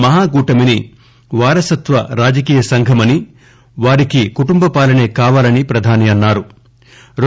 మహాకూటమిని వారసత్వ రాజకీయసంఘమని వారికి కుటుంబపాలనే కావాలని ప్రధాని అన్నా రు